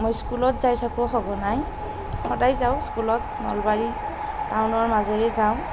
মই স্কুলত যাই থাকোঁ সঘনাই সদায় যাওঁ স্কুলত নলবাৰী টাউনৰ মাজেৰেই যাওঁ